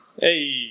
Hey